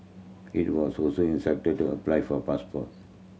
he was also to apply for passport